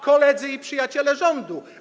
Koledzy i przyjaciele rządu.